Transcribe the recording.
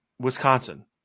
Wisconsin